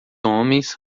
homens